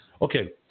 Okay